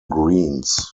greens